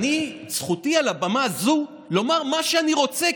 זכותי על הבמה הזאת לומר מה שאני רוצה,